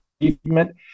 achievement